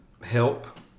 help